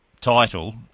title